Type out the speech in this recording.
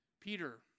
Peter